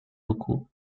beaucoup